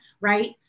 right